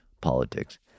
politics